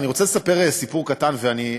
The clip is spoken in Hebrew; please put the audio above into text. אני רוצה לספר סיפור קטן, ואני,